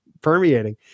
permeating